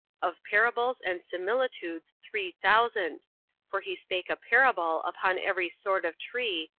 of parables and similitudes three thousand for he spake a parable upon every sort of tree,